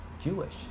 Jewish